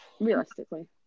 Realistically